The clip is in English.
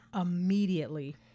immediately